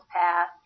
path